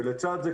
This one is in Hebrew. ולצד זה,